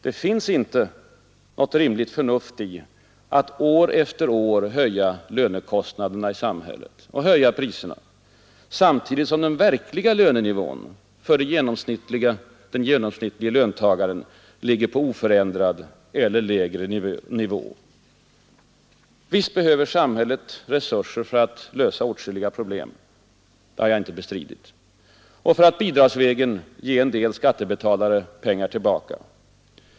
Det finns inte något rimligt förnuft i att år efter år höja lönekostnaderna och priserna i samhället, samtidigt som den verkliga lönenivån för den genomsnittlige löntagaren ligger på oförändrad eller lägre nivå. Visst behöver samhället resurser att lösa åtskilliga problem — det har jag inte bestritt — och för att bidragsvägen ge en del skattebetalare pengar tillbaka.